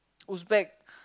who's back